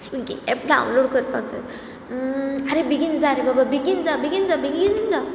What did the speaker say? Swiggy app download करपाक जाय आरे बेगीन जा रे बाबा बेगीन जा बेगीन जा